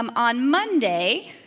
um on monday,